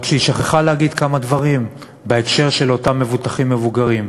רק שהיא שכחה להגיד כמה דברים בהקשר של אותם מבוטחים מבוגרים: